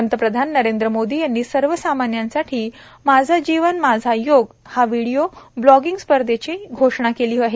पंतप्रधान नरेंद्र मोदी यांनी सर्वसामान्यांसाठी माझे जीवन माझा योग या व्हिडिओ ब्लॉगिंग स्पर्धेची देखील घोषणा केली आहे